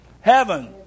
Heaven